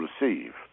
receive